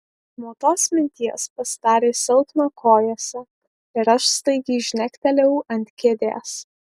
nuo tos minties pasidarė silpna kojose ir aš staigiai žnektelėjau ant kėdės